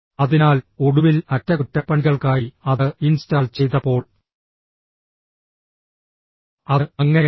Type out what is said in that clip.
അതിനാൽ ഒടുവിൽ അറ്റകുറ്റപ്പണികൾക്കായി അത് ഇൻസ്റ്റാൾ ചെയ്തപ്പോൾ അത് അങ്ങനെയായിരുന്നു